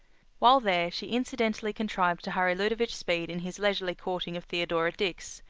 while there she incidentally contrived to hurry ludovic speed in his leisurely courting of theodora dix,